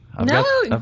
No